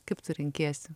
kaip tu renkiesi